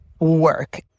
work